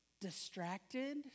distracted